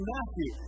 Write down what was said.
Matthew